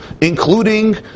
including